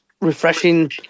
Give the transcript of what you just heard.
refreshing